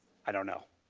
i do not know.